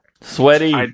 Sweaty